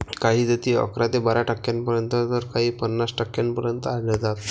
काही जाती अकरा ते बारा टक्क्यांपर्यंत तर काही पन्नास टक्क्यांपर्यंत आढळतात